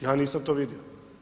Ja nisam to vidio.